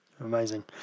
Amazing